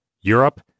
Europe